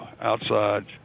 outside